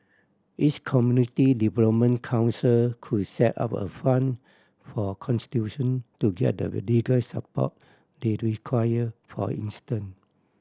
each community development council could set up a fund for constitution to get the legal support they require for instance